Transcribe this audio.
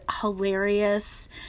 hilarious